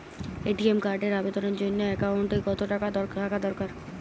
ATM কার্ডের আবেদনের জন্য অ্যাকাউন্টে কতো টাকা থাকা দরকার?